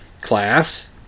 Class